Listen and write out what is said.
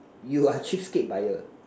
you are cheapskate buyer